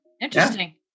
Interesting